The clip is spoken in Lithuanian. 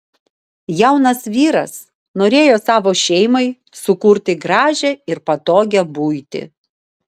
jaunas vyras norėjo savo šeimai sukurti gražią ir patogią buitį